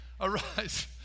Arise